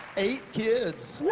eight kids.